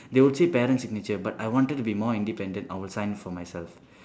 they will parent signature but I wanted to be more independent I will sign for myself